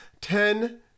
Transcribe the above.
ten